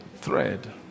thread